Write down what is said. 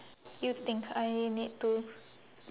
you think I need to